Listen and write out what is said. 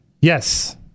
Yes